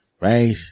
right